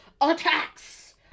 attacks